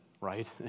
right